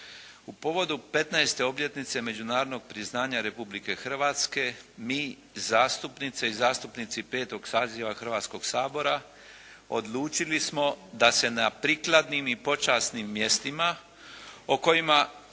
«U povodu 15-tne obljenice međunarodnog priznanja Republike Hrvatske mi zastupnice i zastupnici 5. saziva Hrvatskog sabora odlučili smo da se na prikladnim i počasnim mjestima o kojima